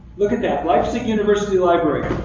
look at that. leipzig university library.